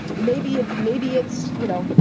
maybe it's maybe it's, you know,